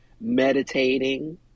Meditating